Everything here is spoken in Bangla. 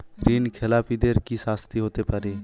ঋণ খেলাপিদের কি শাস্তি হতে পারে?